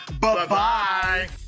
Bye-bye